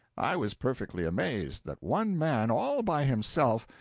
i was perfectly amazed, that one man, all by himself,